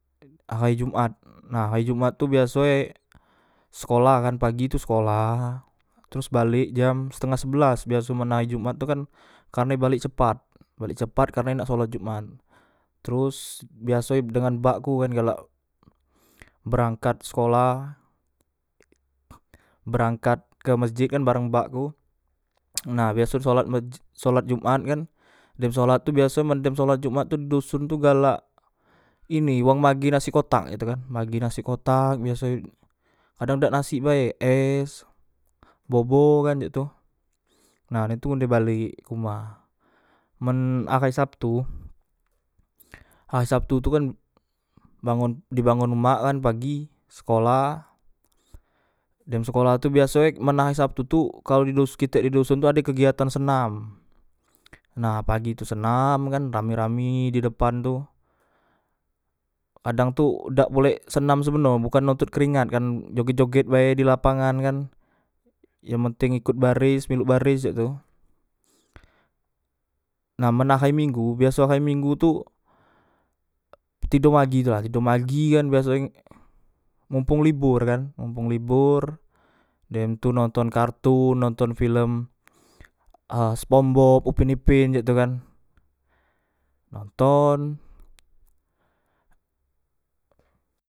Ahay jumat nah ahay jumat tu biasoe sekolah kan pagi tu sekolah teros balek jam setengah sebelas biaso men ahay jumat tu kan karne balek cepat balek cepat karne nak sholat jumat teros biaso e dengan bakku kan galak berangkat sekolah berangkat ke mesjed kan bareng bakku nah biaso sholat meh sholat jumat kan dem sholat tu biaso men dem sholat jumat tu didoson tu galak ini wong bage nasi kotak tu kan bage nasi kotak biasoe kadang dak nasi bae es bobo kan cak tu nah dem tu ngunde balek ke uma men ahay sabtu ahay sabtu tu kan bangon dibangon emak kan pagi sekolah dem sekolah tu biasoe men ahay sabtutu didos kotek didoson tu adek kegiatan senam nah pagi tu senam kan rami rami didepan tu kadang tu dak pulek senam sebeno bukan nonton keringat kan joget joget bae dilapangan kan yeng penteng ikot bares milu bares cak tu nah men ahay minggu biaso ahay minggu tu tido pagi tula tido pagi kan biasoe mumpong libor kan mompong libor dem tu nonton kartun nonton filem e spongbob upin ipin cak tu kan nonton